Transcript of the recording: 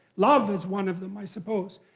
love is one of them, i suppose.